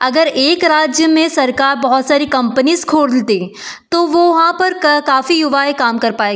अगर एक राज्य में सरकार बहुत सारी कम्पनीज़ खोल दे तो वो वहाँ पर क काफ़ी युवाएँ काम कर पाए